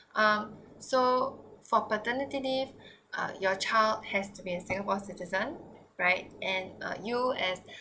um so for paternity leave uh your child has to be a singapore citizen right and uh you as